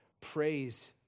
praise